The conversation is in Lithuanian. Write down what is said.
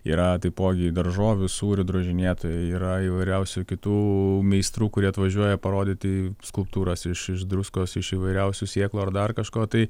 yra taipogi daržovių sūrių drožinėtojai yra įvairiausių kitų meistrų kurie atvažiuoja parodyti skulptūras iš druskos iš įvairiausių sėklų ar dar kažko tai